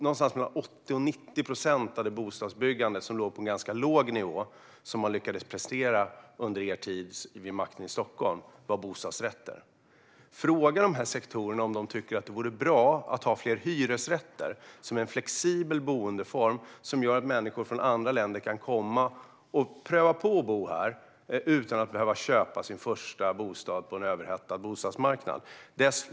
Någonstans mellan 80 och 90 procent av det bostadsbyggande som låg på en ganska låg nivå och som ni lyckades presentera under er tid vid makten i Stockholm var bostadsrätter. Fråga dessa sektorer om de tycker att det vore bra med fler hyresrätter, som är en flexibel boendeform som gör att människor från andra länder kan komma och pröva på att bo här utan att behöva köpa sin första bostad på en överhettad bostadsmarknad!